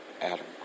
Adam